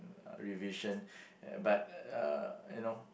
revision uh but uh you know